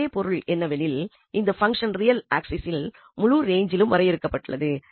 ஒரே பொருள் என்னவெனில் இந்த பங்சன் ரியல் ஆக்சிஸின் முழு ரேஞ்ஜிலும் வரையறுக்கப்பட்டுள்ளது